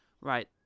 Right